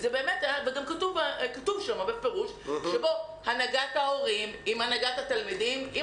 כתוב שם בפירוש שהנהגת ההורים עם הנהגת התלמידים עם